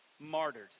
Martyred